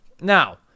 now